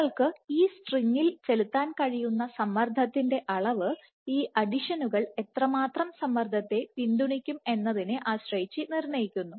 നിങ്ങൾക്ക് ഈ സ്ട്രിംഗിൽ ചെലുത്താൻകഴിയുന്ന സമ്മർദ്ദത്തിന്റെ അളവ് ഈ അഡിഷനുകൾ എത്രമാത്രം സമ്മർദ്ദത്തെ പിന്തുണയ്ക്കുമെന്നതിനെ ആശ്രയിച്ച് നിർണ്ണയിക്കുന്നു